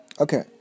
Okay